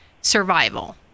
survival